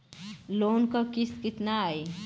Loan क किस्त कितना आई?